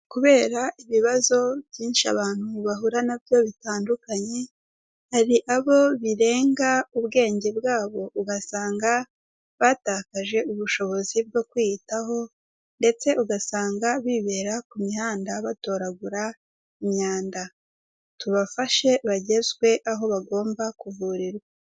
Kubera ibibazo byinshi abantu bahura na byo bitandukanye, hari abo birenga ubwenge bwa bo ugasanga batakaje ubushobozi bwo kwiyitaho ndetse ugasanga bibera ku mihanda batoragura imyanda, tubafashe bagezwe aho bagomba kuvurirwa.